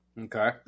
Okay